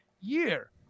year